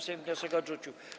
Sejm wniosek odrzucił.